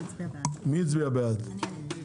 מי נגד?